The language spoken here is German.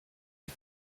die